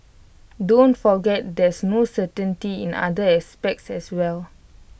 don't forget there's no certainty in other aspects as well